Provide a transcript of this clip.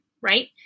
right